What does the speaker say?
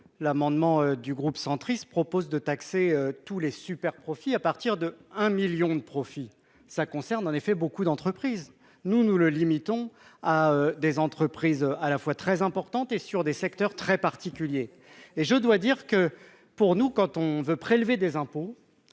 l'amendement du groupe centriste propose de taxer tous les super profits à partir de 1 1000000 de profits, ça concerne en effet beaucoup d'entreprises, nous nous le limitons à des entreprises, à la fois très importante et sur des secteurs très particuliers et je dois dire que pour nous, quand on veut prélever des impôts,